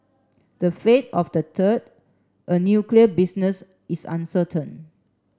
the fate of the third a nuclear business is uncertain